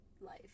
life